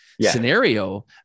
scenario